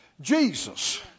Jesus